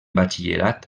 batxillerat